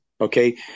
Okay